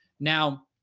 now,